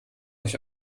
ich